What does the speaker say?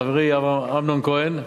חברי אמנון כהן,